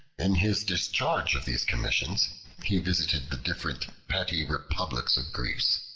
in his discharge of these commissions he visited the different petty republics of greece.